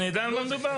שנדע על מה מדובר.